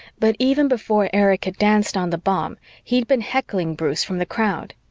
but even before erich had danced on the bomb, he'd been heckling bruce from the crowd.